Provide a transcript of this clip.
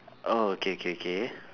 oh okay okay okay